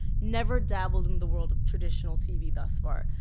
never dabbled in the world of traditional tv thus far.